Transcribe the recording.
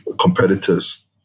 competitors